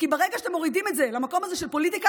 כי ברגע שאתם מורידים את זה למקום הזה של הפוליטיקה,